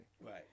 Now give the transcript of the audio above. Right